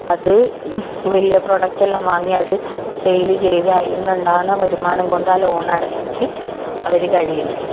അത് വലിയ പ്രൊഡക്റ്റെല്ലാം വാങ്ങി അത് സെയിൽ ചെയ്ത് അതിൽ നിന്നുണ്ടാകുന്ന വരുമാനം കൊണ്ട് ആ ലോണടച്ചിട്ട് അവർ കഴിയുന്നത്